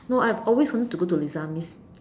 no I have always wanted to go Les-Amis